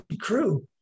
crew